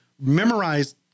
memorize